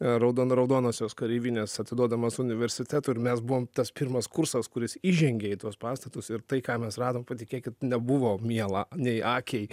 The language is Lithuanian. raudon raudonosios kareivinės atiduodamos universitetui ir mes buvom tas pirmas kursas kuris įžengė į tuos pastatus ir tai ką mes radom patikėkit nebuvo miela nei akiai